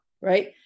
Right